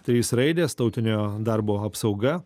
trys raidės tautinio darbo apsauga